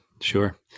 Sure